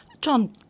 John